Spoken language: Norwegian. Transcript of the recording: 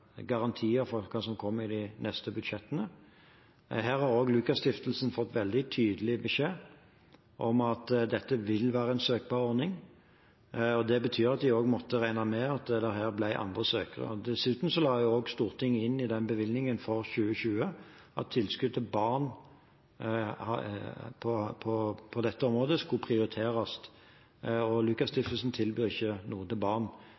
garantier for hva som kommer i de neste budsjettene. Her har også Lukas Stiftelsen fått veldig tydelig beskjed om at dette vil være en søkbar ordning. Det betyr at de også måtte regne med at det her ble andre søkere. Dessuten la også Stortinget inn i den bevilgningen for 2020 at tilskudd til barn på dette området skulle prioriteres. Lukas Stiftelsen tilbyr ikke noe til barn,